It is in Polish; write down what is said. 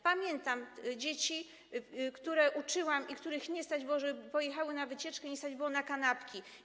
Pamiętam dzieci, które uczyłam i których nie stać było, żeby pojechały na wycieczkę, nie stać ich było na kanapki.